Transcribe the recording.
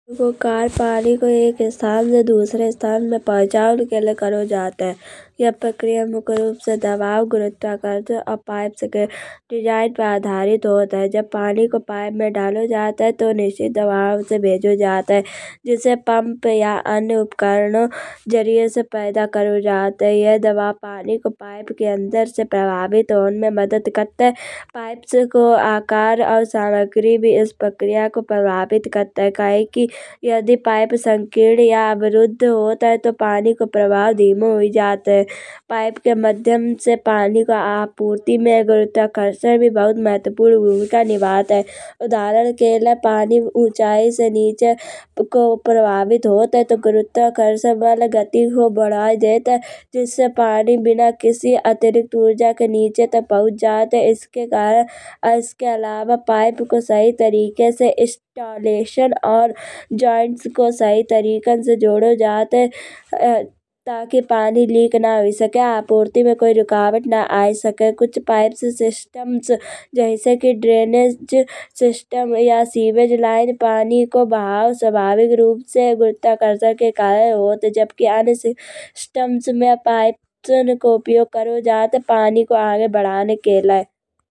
वो पाइप पानी को एक इस्थान से दूसरे इस्थान में पहुँचान के लाए करो जात है। ये प्रक्रिया मुख्य रूप से दबाव और गुरुत्वाकर्षण और पाइप के डिज़ाइन पर आधारित होत है। जब पानी को पाइप में डालो जात है। तौ निश्चित दबाव से भेजो जात है। जैसे पंप या अन्य उपकारनों जरिये से पैदा करो जात है। यह दबाव पानी की पाइप के अंदर से प्रभावित होण में मदद करत है। पाइप से को आकार अउ सामग्री भी इस प्रक्रिया को प्रभावित करत है। कहे कि यदि पाइप संकीर्ण या अवरोध होत है। तौ पानी को प्रभाव धीमे हुई जात है। पाइप के माध्यम से पानी का आपूर्ति में गुरुत्वाकर्षण भी बहुत महत्वपूर्ण भूमिका निभात है। उदाहरण के लाए पानी ऊँचाई से नीचे को प्रभावित होत है। तौ गुरुत्वाकर्षण बल गति को बढ़ाए देत है। जिससे पानी बिना किसी अतिरिक्त ऊर्जा के नीचे तक पहुँच जात है। इसके करणावे इसके अलावा पाइप को सही तरीके से इंस्टालेशन और जोइंट्स को सही तरीके से जोड़ो जात है। ताकि पानी लीक न हुई सकाए। आपूर्ति में कोइ रूकावट न आ सकाए। कुछ पाइप से सिस्टम जैसे कि ड्रेनेज सिस्टम या सीवेज लाइन पानी को बहाओ स्वाभाविक रूप से गुरुत्वाकर्षण के कारण होत है। जबकि अन्य से सिस्टम्स में पाइपसं को उपयोग करो जात है। पानी को। आगे बढ़ाए के लाए।